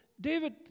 David